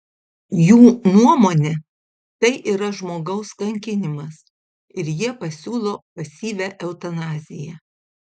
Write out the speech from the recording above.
jų nuomone tai yra žmogaus kankinimas ir jie pasiūlo pasyvią eutanaziją